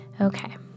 Okay